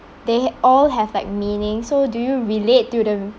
they all have like meaning so do you relate to them